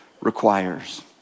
requires